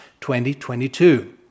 2022